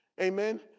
Amen